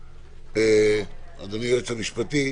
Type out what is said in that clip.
אדוני היועץ המשפטי,